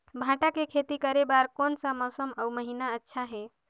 भांटा के खेती करे बार कोन सा मौसम अउ महीना अच्छा हे?